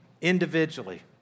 individually